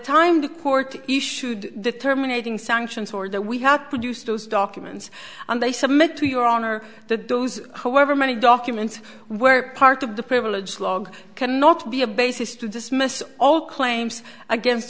time the court issued the terminating sanctions or that we had produced those documents and they submit to your honor that those however many documents were part of the privilege log cannot be a basis to dismiss all claims against